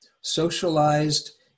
socialized